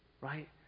right